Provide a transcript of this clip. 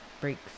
breaks